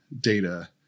data